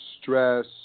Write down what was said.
stress